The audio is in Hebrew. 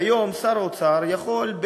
היום שר האוצר יכול,